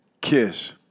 KISS